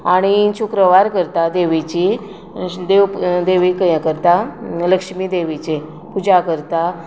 आनी शुक्रवार करता देवीची देव देवीक हें करता लक्ष्मी देवीची पुजा करता